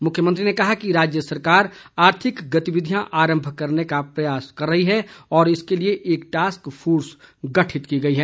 मुख्यमंत्री ने कहा कि राज्य सरकार आर्थिक गतिविधियां आरम्भ करने का प्रयास कर रही है और इसके लिए एक टास्क फोर्स गठित की गई है